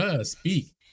speak